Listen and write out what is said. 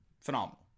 Phenomenal